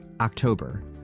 October